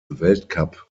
weltcuppunkte